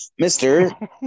Mr